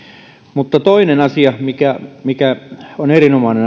mutta toinen asia mikä mikä on erinomainen